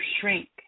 shrink